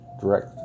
direct